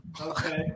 Okay